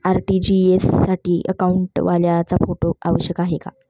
RTGS साठी अकाउंटवाल्याचा photo आवश्यक आहे का?